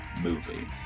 movie